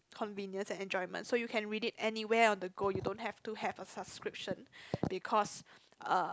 convenience and enjoyment so you can read it anywhere on the go you don't have to have a subscription because uh